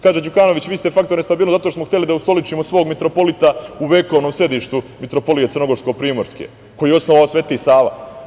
Kaže Đukanović – vi ste faktor nestabilnosti zato što smo hteli da ustoličimo svog mitropolita u vekovnom sedištu Mitropolije Crnogorsko-primorske, a koju je osnovao Sveti Sava.